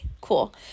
cool